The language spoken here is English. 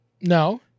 No